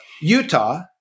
Utah